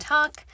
Talk